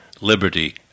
liberty